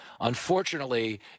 Unfortunately